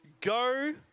go